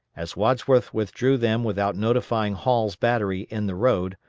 as wadsworth withdrew them without notifying hall's battery in the road,